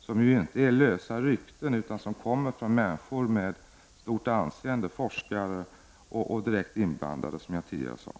som inte är lösa rykten, utan som kommer från människor med stort anseende, forskare och direkt inblandade, som jag tidigare sade.